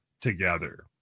together